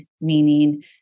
meaning